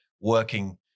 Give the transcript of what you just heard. working